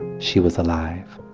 she was alive.